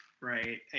right